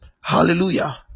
hallelujah